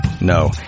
No